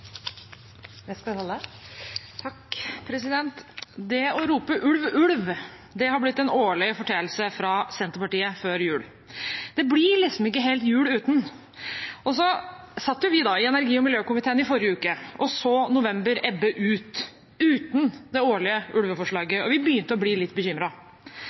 Det å rope ulv, ulv har blitt en årlig foreteelse fra Senterpartiet før jul. Det blir liksom ikke helt jul uten. Så satt vi i energi- og miljøkomiteen i forrige uke og så november ebbe ut, uten det årlige ulveforslaget, og vi begynte å bli litt